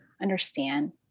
understand